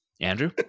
Andrew